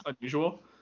unusual